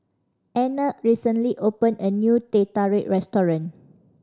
Anna recently open a new Teh Tarik restaurant